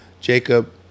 jacob